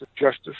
justice